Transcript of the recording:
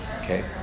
Okay